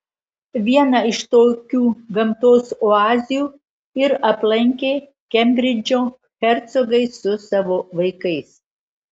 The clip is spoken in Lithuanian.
vieną iš tokių gamtos oazių ir aplankė kembridžo hercogai su savo vaikais